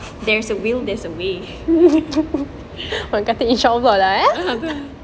there's a will there's a way betul